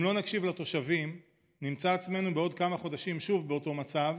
אם לא נקשיב לתושבים נמצא עצמנו בעוד כמה חודשים שוב באותו מצב,